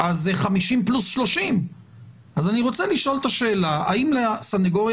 אז זה 50 פלוס 30. אני רוצה לשאול את השאלה האם לסנגוריה